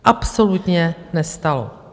Absolutně nestalo!